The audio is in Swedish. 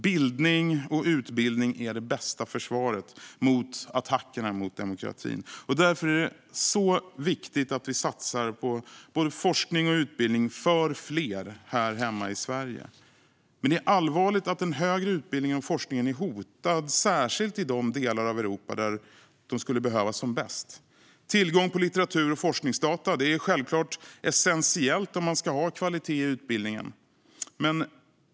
Bildning och utbildning är det bästa försvaret mot attackerna mot demokratin. Därför är det så viktigt att vi satsar på både forskning och utbildning, för fler, här hemma i Sverige. Men det är allvarligt att den högre utbildningen och forskningen är hotade, särskilt i de delar av Europa där de skulle behövas som bäst. Tillgång på litteratur och forskningsdata är självklart essentiellt om man ska ha kvalitet i utbildningen.